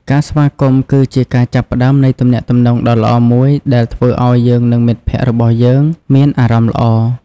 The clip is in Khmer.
ការស្វាគមន៍គឺជាការចាប់ផ្តើមនៃទំនាក់ទំនងដ៏ល្អមួយដែលធ្វើឲ្យយើងនិងមិត្តភក្តិរបស់យើងមានអារម្មណ៍ល្អ។